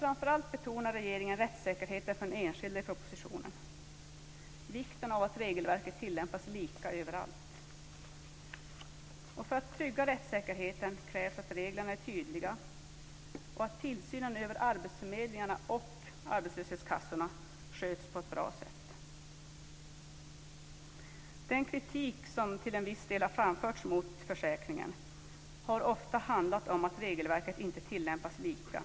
Framför allt betonar regeringen i propositionen rättssäkerheten för den enskilde och vikten av att regelverket tillämpas lika överallt. För att trygga rättssäkerheten krävs att reglerna är tydliga och att tillsynen över arbetsförmedlingarna och arbetslöshetskassorna sköts på ett bra sätt. Den kritik som till en viss del har framförts mot försäkringen har ofta handlat om att regelverket inte tillämpas lika.